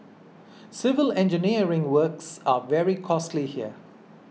civil engineering works are very costly here